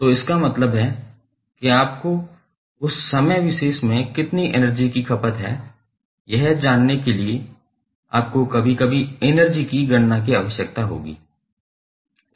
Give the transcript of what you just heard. तो इसका मतलब है कि आपको उस समय विशेष में कितनी एनर्जी की खपत है यह जानने के लिए आपको कभी कभी एनर्जी की गणना की आवश्यकता होती है